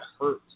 hurt